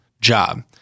job